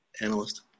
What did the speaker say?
analyst